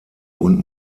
und